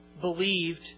believed